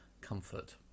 comfort